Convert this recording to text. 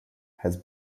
has